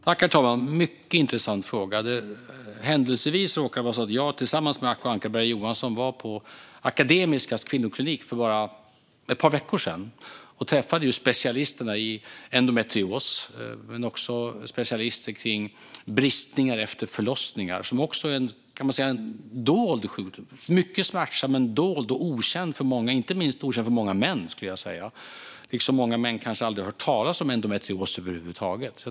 Herr talman! Det är en mycket intressant fråga. Det råkar händelsevis vara så att jag tillsammans med Acko Ankarberg Johansson var på Akademiska sjukhusets kvinnoklinik för bara ett par veckor sedan och träffade just specialisterna på endometrios men också på bristningar efter förlossningar, som också kan sägas vara en dold sjukdom. Den är mycket smärtsam, men dold och okänd för många, inte minst för många män. Många män har kanske inte heller hört talas om endometrios över huvud taget.